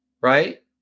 Right